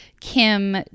Kim